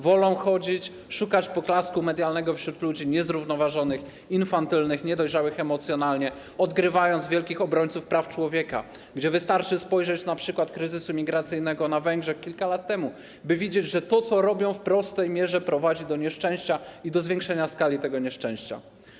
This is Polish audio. Wolą chodzić, szukać poklasku medialnego wśród ludzi niezrównoważonych, infantylnych, niedojrzałych emocjonalnie, odgrywając wielkich obrońców praw człowieka, gdzie wystarczy spojrzeć na przykład kryzysu migracyjnego na Węgrzech kilka lat temu, by widzieć, że to, co robią, w prostej mierze prowadzi do nieszczęścia i do zwiększenia skali tego nieszczęścia.